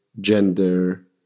gender